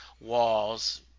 walls